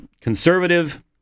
conservative